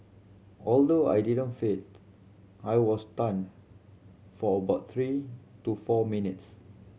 although I didn't faint I was stunned for about three to four minutes